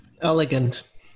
Elegant